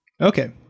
Okay